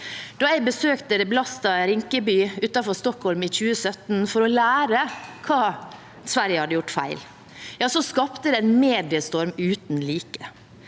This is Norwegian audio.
Da jeg besøkte det belastede Rinkeby utenfor Stockholm i 2017 for å lære hva Sverige hadde gjort feil, skapte det en mediestorm uten like.